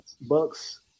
Bucks